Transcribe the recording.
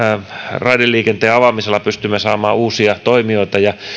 raideliikenteen avaamisella pystymme saamaan uusia toimijoita